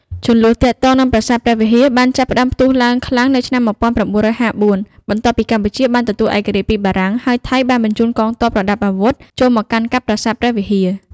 ជម្លោះទាក់ទងនឹងប្រាសាទព្រះវិហារបានចាប់ផ្ទុះឡើងខ្លាំង នៅឆ្នាំ១៩៥៤ បន្ទាប់ពីកម្ពុជាបានទទួលឯករាជ្យពីបារាំង ហើយថៃបានបញ្ជូនកងកម្លាំងប្រដាប់អាវុធ ចូលមកកាន់កាប់ប្រាសាទព្រះវិហារ។